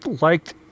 liked